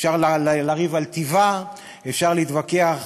אפשר לריב על טיבה, אפשר להתווכח